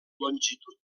longitud